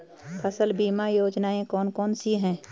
फसल बीमा योजनाएँ कौन कौनसी हैं?